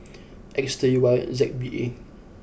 X three Y Z B A